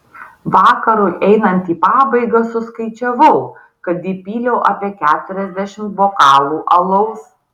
vakarui einant į pabaigą suskaičiavau kad įpyliau apie keturiasdešimt bokalų alaus